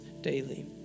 daily